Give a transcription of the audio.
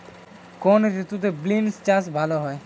কোন ঋতুতে বিন্স চাষ ভালো হয়?